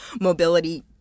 mobility